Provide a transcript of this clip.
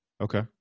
Okay